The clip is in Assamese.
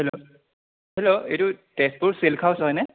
হেল্ল' এইটো তেজপুৰ চিল্ক হাউচ হয়নে